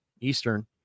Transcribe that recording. Eastern